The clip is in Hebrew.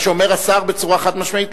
מה שאומר השר בצורה חד-משמעית,